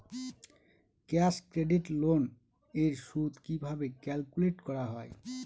Cash credit loan এর সুদ কিভাবে ক্যালকুলেট করা হয়?